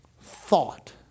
thought